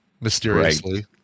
mysteriously